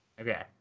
Okay